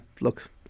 look